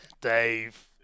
Dave